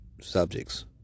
Subjects